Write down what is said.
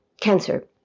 cancer